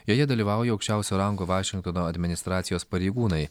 joje dalyvauja aukščiausio rango vašingtono administracijos pareigūnai